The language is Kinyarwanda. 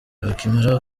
bakimara